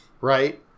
Right